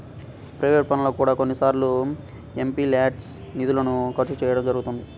private పనులకు కూడా కొన్నిసార్లు ఎంపీల్యాడ్స్ నిధులను ఖర్చు చేయడం జరుగుతున్నది